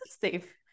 Safe